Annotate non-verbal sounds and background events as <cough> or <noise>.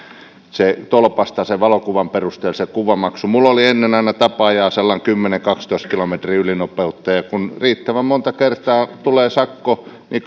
tolpasta valokuvan perusteella se kuvamaksu minulla oli ennen aina tapa ajaa sellainen kymmenen viiva kaksitoista kilometriä ylinopeutta ja kun riittävän monta kertaa tulee sakko niin <unintelligible>